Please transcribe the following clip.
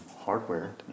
hardware